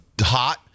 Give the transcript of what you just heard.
hot